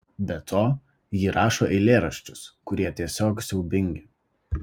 be to ji rašo eilėraščius kurie tiesiog siaubingi